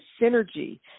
synergy